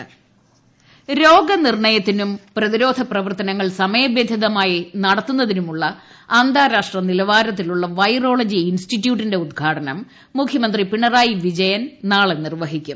virology institute ഇൻട്രോ രോഗ നിർണയത്തിനും പ്രതിരോധ പ്രവർത്തനങ്ങൾ സമയബന്ധിതമായി നടത്തുന്നതിനുമുള്ള അന്താരാഷ്ട്ര നിലവാരത്തിലുള്ള വൈറോളജി ഇൻസ്റ്റിട്യൂട്ടിന്റെ ഉദ്ഘാടനം മുഖ്യമന്ത്രി പിണറായി വിജയൻ നാളെ നിർവ്വഹിക്കും